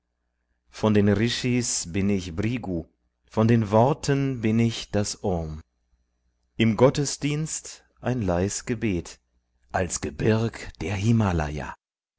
von den rishis bin ich bhrigu von den worten bin ich das om im gottesdienst ein leis gebet als gebirg der himlaya